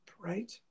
right